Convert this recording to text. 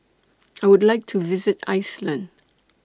I Would like to visit Iceland